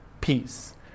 peace